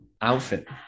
outfit